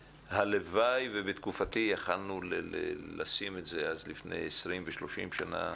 הלוואי ובתקופתי יכולנו לשים את זה אז לפני 20 ו-30 שנה.